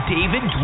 David